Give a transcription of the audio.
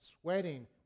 sweating